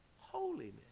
holiness